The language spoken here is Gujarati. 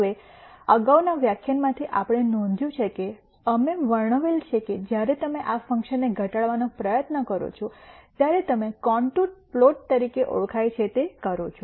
હવે અગાઉના વ્યાખ્યાનમાંથી આપણે નોંધ્યું છે કે અમે વર્ણવેલ છે કે જ્યારે તમે આ ફંકશનને ઘટાડવાનો પ્રયત્ન કરો છો ત્યારે તમે કોંન્ટુર પ્લોટ તરીકે ઓળખાય છે તે કરો છો